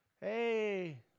Hey